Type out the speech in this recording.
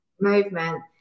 Movement